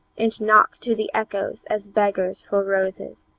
and knock to the echoes as beggars for roses.